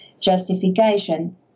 justification